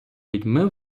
людьми